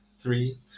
three